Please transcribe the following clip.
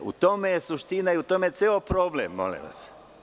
U tome je suština i u tome je ceo problem, molim vas.